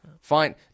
Fine